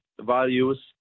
values